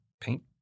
paint